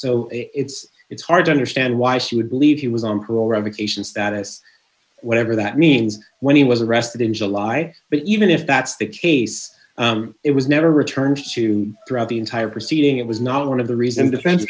so it's it's hard to understand why she would believe he was on parole revocations status whatever that means when he was arrested in july but even if that's the case it was never returned to throughout the entire proceeding it was not one of the reasons defense